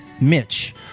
Mitch